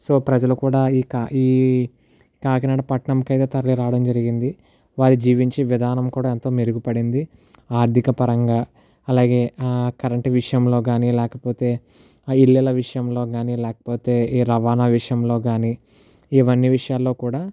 so ప్రజలు కూడా ఇక ఈ కాకినాడ పట్నంకే తరలి రావడం జరిగింది వారి జీవించే విధానం కూడా ఎంతో మెరుగుపడింది ఆర్థికపరంగా అలాగే ఆ కరెంటు విషయంలో కానీ లేకపోతే ఆ ఇల్లుల విషయంలో కానీ లేకపోతే ఈ రవాణా విషయంలో కానీ ఇవన్నీ విషయాల్లో కూడా